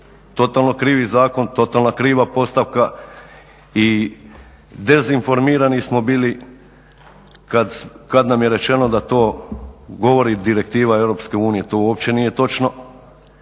totalno krivi zakon, totalno kriva postavka i dezinformirani smo bili kada nam je rečeno da to govori direktiva EU, to uopće nije tono.